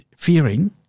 Fearing